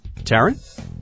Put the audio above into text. Taryn